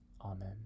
Amen